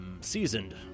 seasoned